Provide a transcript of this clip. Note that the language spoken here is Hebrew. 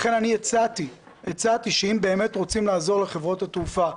לכן הצעתי שאם באמת רוצים לעזור לחברות התעופה,